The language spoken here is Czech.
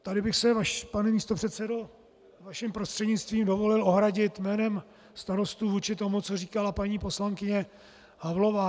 Tady bych se, pane místopředsedo, vaším prostřednictvím dovolil ohradit jménem starostů vůči tomu, co říkala paní poslankyně Havlová.